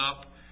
up